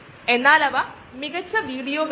അതിനാൽ ഇതൊരു ബയോപ്രോസസാണ്